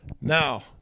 now